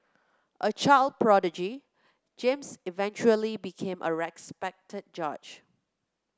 a child prodigy James eventually became a respected judge